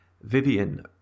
Vivian